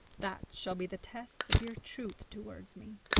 that shall be the test of your truth towards me